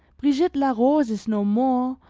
brigitte la rose is no more,